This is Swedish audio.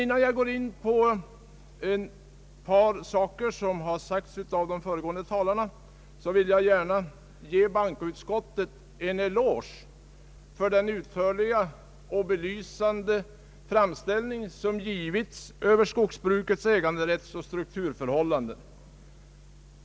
Innan jag går in på ett par yttranden av de föregående talarna vill jag gärna ge bankoutskottets majoritet en eloge för den utförliga och belysande framställning som lämnats om skogsbrukets äganderättsoch strukturförhållanden.